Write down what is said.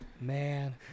Man